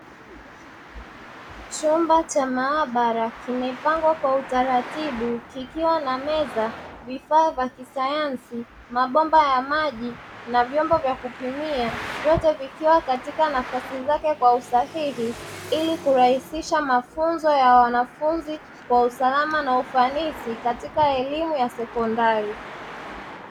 Chumba cha maabara kimepangwa kwa utaratibu kikiwa na meza, vifaa vya kisayansi, mabomba ya maji na vyombo vya kupimia; vyote vikiwa katika nafasi zake kwa usahihi, ili kurahisisha mafunzo ya wanafunzi kwa usalama na ufanisi katika elimu ya sekondari.